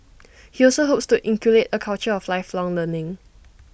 he also hopes to help inculcate A culture of lifelong learning